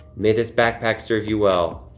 may this backpack serve you well.